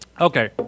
Okay